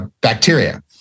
bacteria